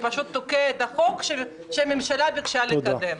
שפשוט תוקעת את החוק שהממשלה ביקשה לקדם.